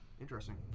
Interesting